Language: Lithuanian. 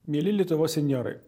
mieli lietuvos senjorai